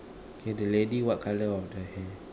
okay the lady what colour of the hair